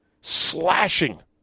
slashing